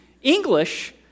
English